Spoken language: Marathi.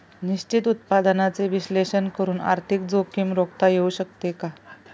निश्चित उत्पन्नाचे विश्लेषण करून आर्थिक जोखीम रोखता येऊ शकते का?